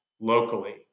locally